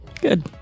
good